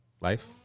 Life